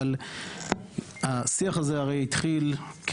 אבל השיח הזה התחיל ב-2021,